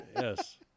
Yes